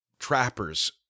trappers